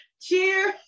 Cheers